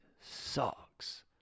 sucks